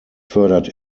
fördert